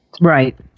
Right